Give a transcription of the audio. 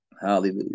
Hallelujah